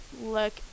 look